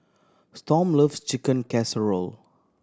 Storm love Chicken Casserole